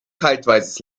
kaltweißes